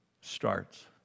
starts